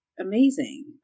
amazing